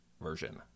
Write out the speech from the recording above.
version